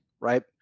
right